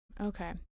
Okay